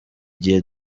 gihe